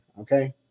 okay